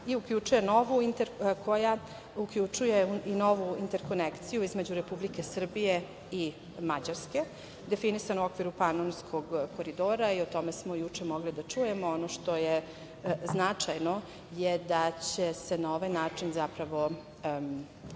i uključuje novu interkonekciju između Republike Srbije i Mađarske, definisane u okviru Panonskog koridora i o tome smo juče mogli da čujemo. Ono što je značajno je da će se na ovaj način zapravo